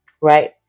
right